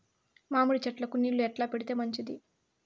మామిడి చెట్లకు నీళ్లు ఎట్లా పెడితే మంచిది?